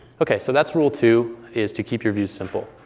ok, so that's rule two is to keep your views simple.